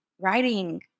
writing